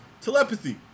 Telepathy